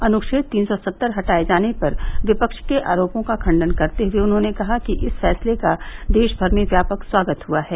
अनुछेद तीन सौ सत्तर हटाए जाने पर विपक्ष के आरोपों का खंडन करते हुए उन्होंने कहा कि इस फैसले का देशभर में व्यापक स्वागत हुआ है